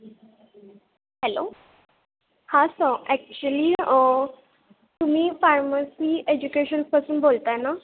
hello हां sir actually तुम्ही pharmacy एज्युकेशन्पासून बोलताय ना